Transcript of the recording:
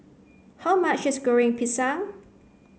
how much is Goreng Pisang